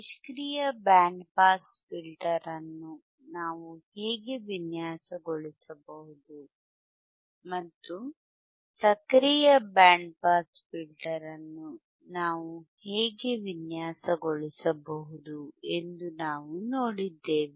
ನಿಷ್ಕ್ರಿಯ band pass filter ಅನ್ನು ನಾವು ಹೇಗೆ ವಿನ್ಯಾಸಗೊಳಿಸಬಹುದು ಮತ್ತು ಸಕ್ರಿಯ ಬ್ಯಾಂಡ್ ಪಾಸ್ ಫಿಲ್ಟರ್ ಅನ್ನು ನಾವು ಹೇಗೆ ವಿನ್ಯಾಸಗೊಳಿಸಬಹುದುಎಂದು ನಾವು ನೋಡಿದ್ದೇವೆ